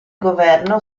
governo